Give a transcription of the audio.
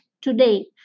today